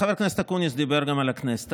חבר הכנסת אקוניס דיבר גם על הכנסת.